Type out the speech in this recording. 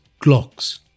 Glocks